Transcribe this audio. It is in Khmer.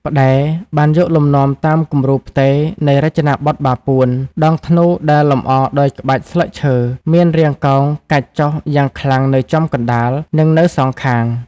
ផ្តែរ បានយកលំនាំតាមគំរូផ្ទេរនៃរចនាបថបាពួន ដងធ្នូដែលលម្អដោយក្បាច់ ស្លឹកឈើ មានរាងកោងកាច់ចុះយ៉ាងខ្លាំងនៅចំកណ្តាល និងនៅសងខាង។